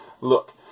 look